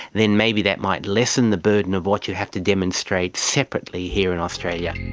then maybe that might lessen the burden of what you have to demonstrate separately here in australia.